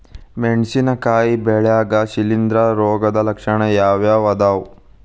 ಮೆಣಸಿನಕಾಯಿ ಬೆಳ್ಯಾಗ್ ಶಿಲೇಂಧ್ರ ರೋಗದ ಲಕ್ಷಣ ಯಾವ್ಯಾವ್ ಅದಾವ್?